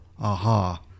Aha